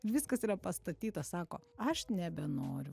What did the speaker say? viskas yra pastatyta sako aš nebenoriu